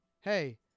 hey